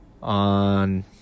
on